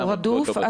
הוא רדוף,